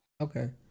okay